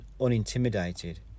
unintimidated